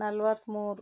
ನಲ್ವತ್ತ್ಮೂರು